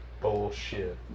bullshit